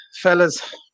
fellas